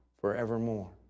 forevermore